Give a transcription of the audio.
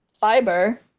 fiber